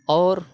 اور